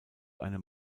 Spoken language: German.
einem